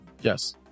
Yes